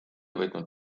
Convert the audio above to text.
võitnud